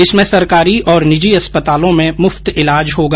इसमें सरकारी और निजी अस्पतालों में मुफ्त इलाज होगा